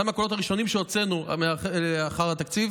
זה אחד מהקולות הראשונים שהוצאנו לאחר התקציב